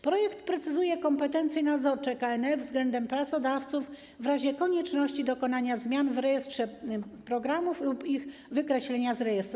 Projekt precyzuje kompetencje nadzorcze KNF względem pracodawców w razie konieczności dokonania zmian w rejestrze programów lub ich wykreślenia z rejestru.